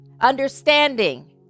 understanding